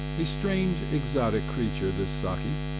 a strange exotic creature, this saki,